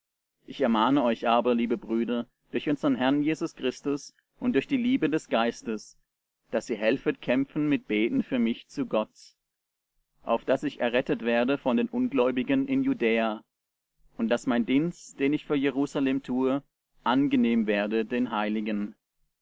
ich ermahne euch aber liebe brüder durch unsern herrn jesus christus und durch die liebe des geistes daß ihr helfet kämpfen mit beten für mich zu gott auf daß ich errettet werde von den ungläubigen in judäa und daß mein dienst den ich für jerusalem tue angenehm werde den heiligen